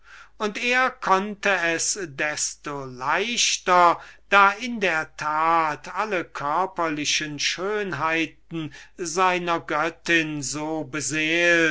und er konnte es desto leichter da in der tat alle körperlichen schönheiten seiner göttin